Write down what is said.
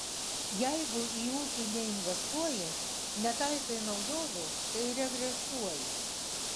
jeigu į ūkį neinvestuoji netaikai naujovių tai regresuoji